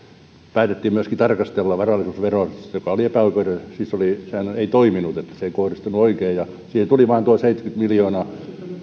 päätettiin myöskin tarkastella varallisuusveroa se oli epäoikeudenmukainen se ei toiminut se ei kohdistunut oikein ja siitä tuli vain tuo seitsemänkymmentä miljoonaa